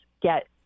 get